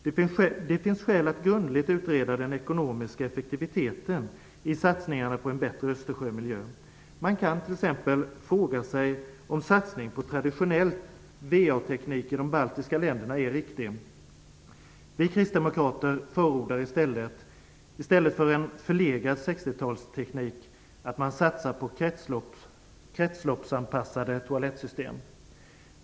Det finns skäl att grundligt utreda den ekonomiska effektiviteten i satsningarna på en bättre Östersjömiljö. Man kan t.ex. fråga sig om satsningen på traditionell va-teknik i de baltiska länderna är riktig. Vi kristdemokrater förordar i stället för en förlegad 60 talsteknik att man satsar på kretsloppsanpassade toalettsystem.